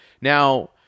now